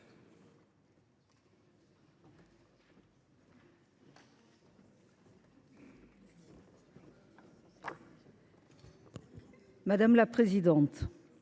Madame la présidente,